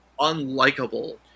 unlikable